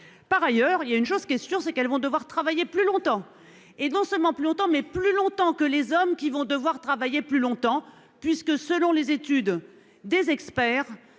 Par ailleurs, il y a une chose qui est sûr c'est qu'elles vont devoir travailler plus longtemps et non seulement plus longtemps mais plus longtemps que les hommes qui vont devoir travailler plus longtemps puisque selon les études des experts.